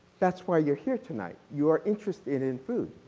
that's why you are here tonight. you are interested in food.